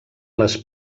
les